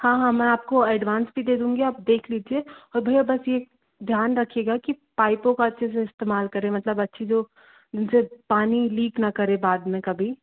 हाँ हाँ मैं आपको एडवांस भी दे दूँगी आप देख लीजिए और भैया बस ये ध्यान रखिएगा की पाइपों का अच्छे से इस्तेमाल करें मतलब अच्छी जो इनसे पानी लीक ना करे बाद में कभी